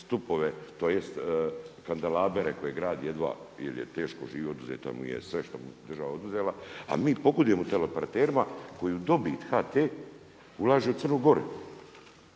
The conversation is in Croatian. stupove tj. … koje gradi … jel je teško živi oduzeto mu je sve što mu je država oduzela, a mi pogodujemo teleoperaterima koju dobit HT ulaže u Crnu Goru.